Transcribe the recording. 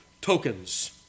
Tokens